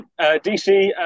DC